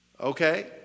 Okay